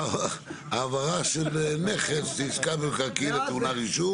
העברה של נכס, עסקה במקרקעין טעונה רישום.